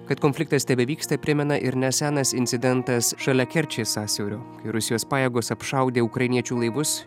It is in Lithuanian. kad konfliktas tebevyksta primena ir nesenas incidentas šalia kerčės sąsiaurio rusijos pajėgos apšaudė ukrainiečių laivus